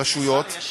רשויות,